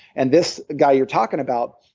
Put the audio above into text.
and this guy you're talking about,